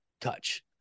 touch